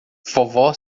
vovó